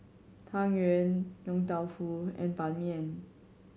Tang Yuen Yong Tau Foo and Ban Mian